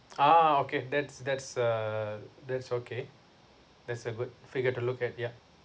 ah okay that's that's a that's okay that's a good figure to look at yeah